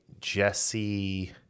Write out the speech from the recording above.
Jesse